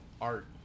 art